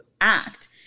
act